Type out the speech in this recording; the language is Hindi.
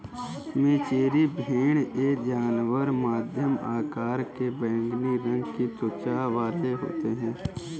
मेचेरी भेड़ ये जानवर मध्यम आकार के बैंगनी रंग की त्वचा वाले होते हैं